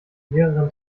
lehrerin